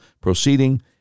proceeding